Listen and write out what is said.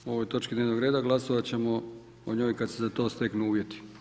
O ovoj točki dnevnog reda glasovat ćemo o njoj kad se za to steknu uvjeti.